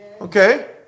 Okay